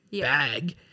bag –